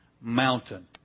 mountain